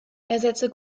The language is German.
ersetze